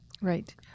Right